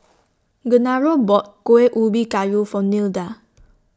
Genaro bought Kueh Ubi Kayu For Nilda